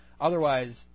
Otherwise